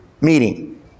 meeting